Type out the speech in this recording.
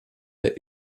der